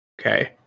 Okay